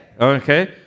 okay